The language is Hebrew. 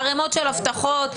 ערמות של הבטחות,